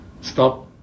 Stop